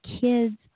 kids